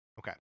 okay